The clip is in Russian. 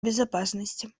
безопасности